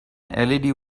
led